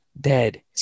dead